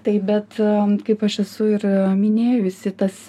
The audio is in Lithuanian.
tai bet kaip aš esu ir minėjusi tas